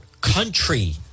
country